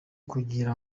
kugira